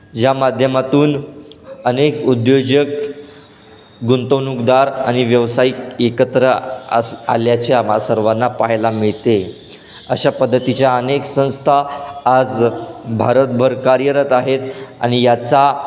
ज्या माध्यमातून अनेक उद्योजक गुंतवणूकदार आणि व्यावसायिक एकत्र आस आल्याचे आम्हा सर्वांना पाहायला मिळते अशा पद्धतीच्या अनेक संस्था आज भारतभर कार्यरत आहेत आणि याचा